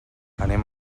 anem